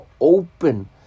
open